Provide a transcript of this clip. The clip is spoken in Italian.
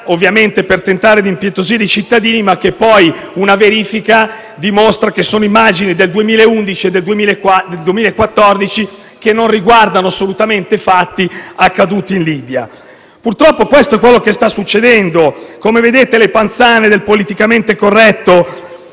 ovviamente per tentare di impietosire i cittadini, che una successiva verifica ha dimostrato essere immagini del 2011 e del 2014 che non riguardano assolutamente fatti accaduti in Libia. Purtroppo questo è quello che sta succedendo. Come vedete, le panzane del politicamente corretto